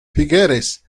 figueres